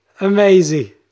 Amazing